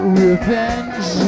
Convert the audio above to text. revenge